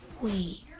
Wait